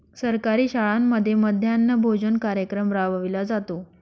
सरकारी शाळांमध्ये मध्यान्ह भोजन कार्यक्रम राबविला जातो